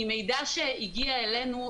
ממידע שהגיע אלינו,